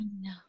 no